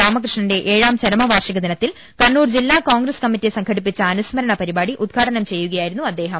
രാമകൃഷ്ണന്റെ ഏഴാം ചരമവാർഷിക ദിനത്തിൽ കണ്ണൂർ ജില്ലാ കോൺഗ്രസ് കമ്മിറ്റി സംഘടിപ്പിച്ച അനുസ്മരണ പരിപാടി ഉദ്ഘാടനം ചെയ്യുകയായിരുന്നു അദ്ദേഹം